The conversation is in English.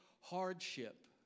hardship